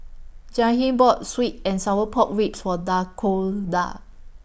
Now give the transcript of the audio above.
Jahiem bought Sweet and Sour Pork Ribs For Dakoda